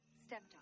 Stepdaughter